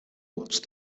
watch